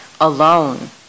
alone